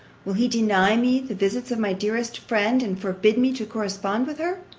will he deny me the visits of my dearest friend, and forbid me to correspond with her?